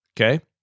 okay